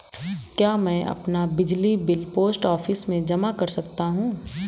क्या मैं अपना बिजली बिल पोस्ट ऑफिस में जमा कर सकता हूँ?